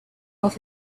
off